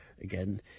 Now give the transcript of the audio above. again